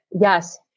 Yes